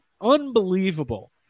unbelievable